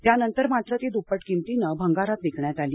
त्यानंतर मात्र ती दुप्पट किमतीनं भंगारात विकण्यात आली